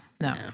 No